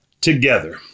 together